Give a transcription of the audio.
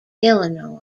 illinois